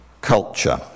Culture